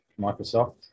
Microsoft